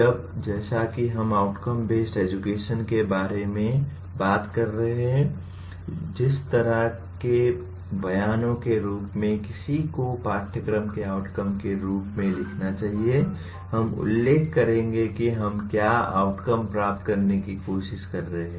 अब जैसा कि हम आउटकम बेस्ड एजुकेशन के बारे में बात कर रहे हैं जिस तरह के बयानों के रूप में किसी को पाठ्यक्रम के आउटकम के रूप में लिखना चाहिए हम उल्लेख करेंगे कि हम क्या आउटकम प्राप्त करने की कोशिश कर रहे हैं